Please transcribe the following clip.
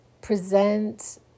present